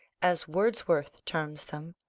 as wordsworth terms them,